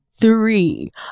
three